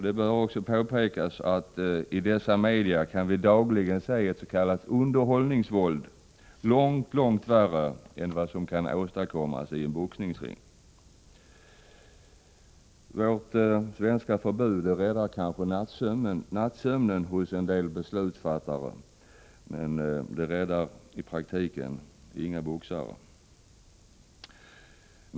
Det bör kanske påpekas att vi i dessa media dagligen kan se ett s.k. underhållningsvåld som är långt långt värre än vad som kan åstadkommas i en boxningsring. Vårt svenska förbud räddar kanske nattsömnen hos en del beslutsfattare, men det räddar i praktiken ingen boxare.